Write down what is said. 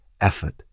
effort